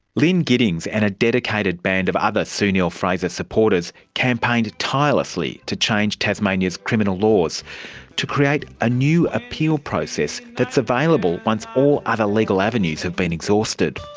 lynne giddings and a dedicated band of other sue neill-fraser supporters campaigned tirelessly to change tasmania's criminal laws to create a new appeal process that's available once all other legal avenues have been exhausted.